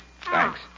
Thanks